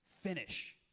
finish